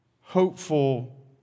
hopeful